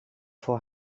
voor